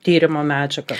tyrimo medžiagą